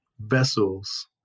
Vessels